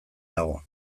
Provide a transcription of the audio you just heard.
nago